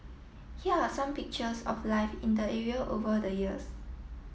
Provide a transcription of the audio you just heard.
here are some pictures of life in the area over the years